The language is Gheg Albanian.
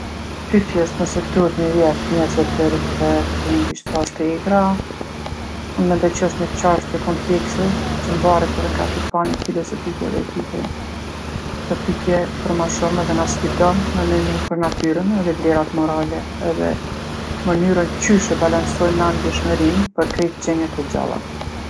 Pytjes nëse duhet me ju jep njerzve prioritet mbi shtaztë e egra, unë mendoj që osht ni çashtje komplekse që mvaret edhe nga pikpamjet filozofike edhe etike. Kjo pytje për ma shumë edhe na sfidon me menu për natyrën edhe vlerat morale edhe mënyrën qysh e balansojmë na ndjeshmërinë për krejt qenjet e gjalla.